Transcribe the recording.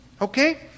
Okay